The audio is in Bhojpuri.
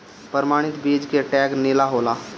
प्रमाणित बीज के टैग नीला होला